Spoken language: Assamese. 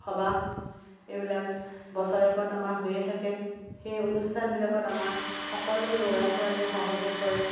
সবাহ এইবিলাক বছৰেকত আমাৰ হৈয়ে থাকে সেই অনুষ্ঠানবিলাকত আমাৰ সকলো ল'ৰা ছোৱালীয়ে সহযোগ কৰে